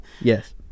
Yes